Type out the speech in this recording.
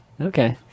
Okay